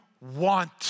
want